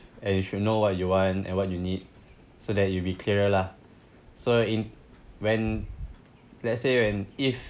and you should know what you want and what you need so that you that you'll be clearer lah so in when let's say you're and if